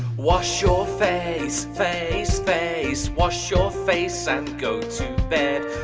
wash your face, face, face. wash your face and go to bed.